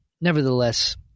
Nevertheless